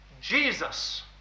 Jesus